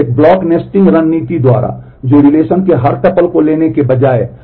आप इसे निखार सकते हैं